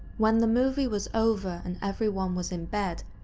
when the movie was over, and everyone was in bed,